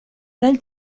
dal